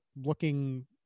looking